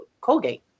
Colgate